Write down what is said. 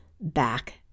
back